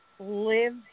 Live